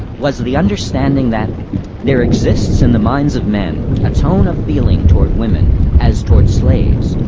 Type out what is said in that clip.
was the understanding that there exists in the minds of men a tone of feeling toward woman as toward slaves.